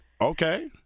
Okay